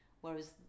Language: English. whereas